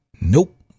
Nope